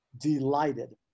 delighted